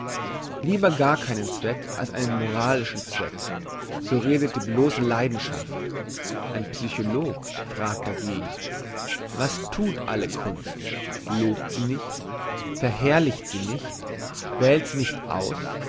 lieber gar keinen zweck als einen moralischen zweck so redet die blosse leidenschaft ein psycholog fragt dagegen was thut alle kunst lobt sie nicht verherrlicht sie nicht wählt sie nicht aus